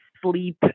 sleep